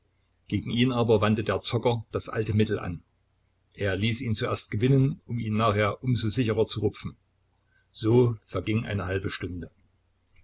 gegen ihn aber wandte der zocker das alte mittel an er ließ ihn zuerst gewinnen um ihn nachher um so sicherer zu rupfen so verging eine gute halbe stunde